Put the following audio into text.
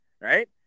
right